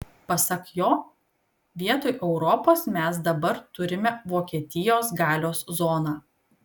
pasak jo vietoj europos mes dabar turime vokietijos galios zoną